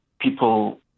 people